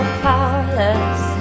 powerless